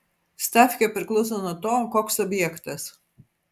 stavkė priklauso nuo to koks objektas